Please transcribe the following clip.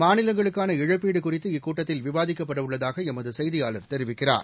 மாநிலங்களுக்கான இழப்பீடுகுறித்து இக்கூட்டத்தில் விவாதிக்கப்படவுள்ளதாகஎமதுசெய்தியாளர் தெரிவிக்கிறார்